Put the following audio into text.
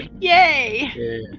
Yay